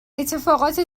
اتفاقات